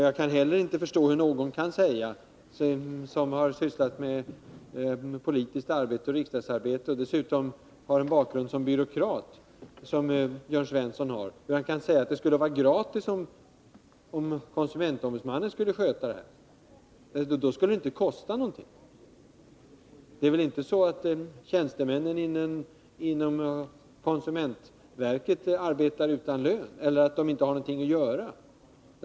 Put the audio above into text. Jag kan heller inte förstå hur någon som har sysslat med politiskt arbete och riksdagsarbete och dessutom har en bakgrund som byråkrat, som Jörn Svensson har, kan säga att det skulle vara gratis, att det inte skulle kosta någonting, om konsumentombudsmannen skulle sköta den här uppgiften. Det är väl inte så att tjänstemännen inom konsumentverket arbetar utan lön eller att de inte har något att göra.